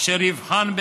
אשר יבחן,